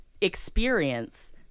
experience